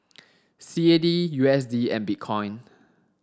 C A D U S D and Bitcoin